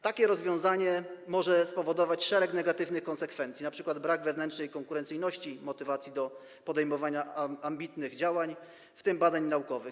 Takie rozwiązanie może spowodować szereg negatywnych konsekwencji, np. brak wewnętrznej konkurencyjności, motywacji do podejmowania ambitnych działań, w tym badań naukowych.